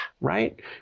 right